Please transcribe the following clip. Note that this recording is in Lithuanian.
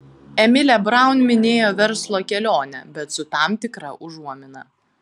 emilė braun minėjo verslo kelionę bet su tam tikra užuomina